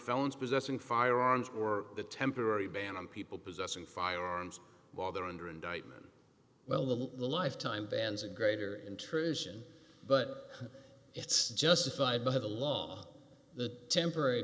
felons possessing firearms or the temporary ban on people possessing firearms while they're under indictment well the lifetime bans a greater intrusion but it's justified by the law the temporary